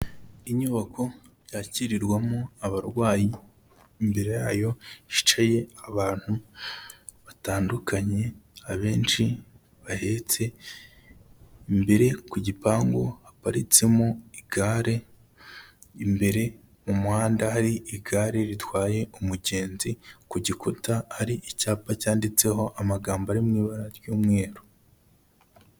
Inyubako yakirirwamo abarwayi, imbere yayo hicaye abantu batandukanye abenshi bahetse, imbere ku gipangu haparitsemo igare, imbere mu muhanda hari igare ritwaye umugenzi, ku gikuta hari icyapa cyanditseho amagambo ari mu ibara ry'umweru.